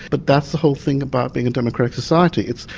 but that's the whole thing about being a democratic society. it's,